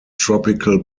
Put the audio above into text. tropical